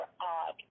odd